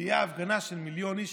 תהיה הפגנה של מיליון איש,